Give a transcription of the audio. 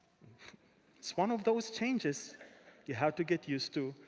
it's one of those changes you have to get used to.